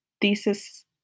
thesis